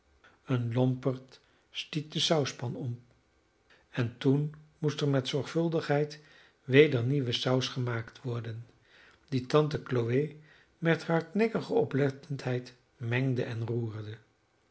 een lomperd stiet de sauspan om en toen moest er met zorgvuldigheid weder nieuwe saus gemaakt worden die tante chloe met hardnekkige oplettendheid mengde en roerde